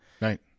Right